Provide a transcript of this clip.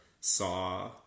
saw